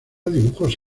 dibujos